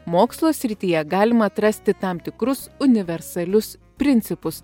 mokslo srityje galima atrasti tam tikrus universalius principus